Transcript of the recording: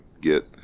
get